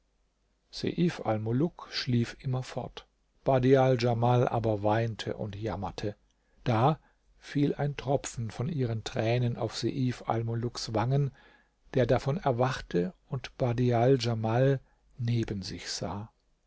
schlief immerfort badial djamal aber weinte und jammerte da fiel ein tropfen von ihren tränen auf seif almuluks wangen der davon erwachte und badial djamal neben sich sah